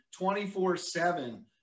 24-7